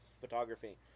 photography